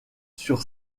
sur